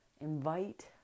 invite